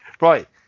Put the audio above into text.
right